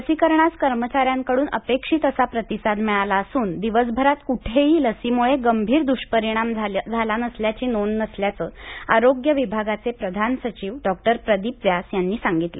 लसीकरणास कर्मचाऱ्यांकडून अपेक्षित असा प्रतिसाद मिळाला असून दिवसभरात कुठेही लसीमुळे गंभीर दुष्परिणाम झाल्याची नोंद नसल्याचं आरोग्य विभागाचे प्रधान सचिव डॉक्टर प्रदीप व्यास यांनी सांगितलं